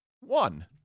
one